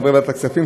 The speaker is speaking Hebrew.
חברי ועדת הכספים,